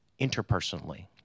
interpersonally